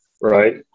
right